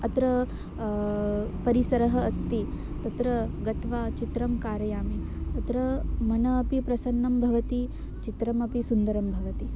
अत्र परिसरः अस्ति तत्र गत्वा चित्रं कारयामि अत्र मनः अपि प्रसन्नं भवति चित्रमपि सुन्दरं भवति